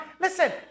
Listen